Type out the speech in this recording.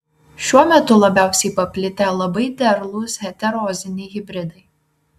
šiuo metu labiausiai paplitę labai derlūs heteroziniai hibridai